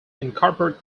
incorporate